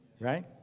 Right